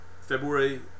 February